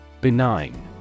Benign